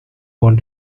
want